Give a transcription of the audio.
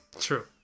True